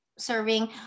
serving